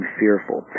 fearful